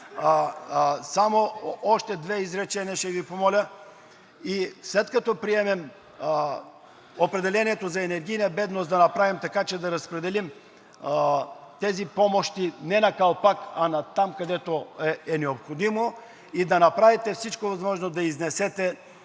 само още две изречения ще Ви помоля. След като приемем определението за енергийна бедност, да направим така, че да разпределим тези помощи не на калпак, а натам, където е необходимо, и да направите всичко възможно да изнесете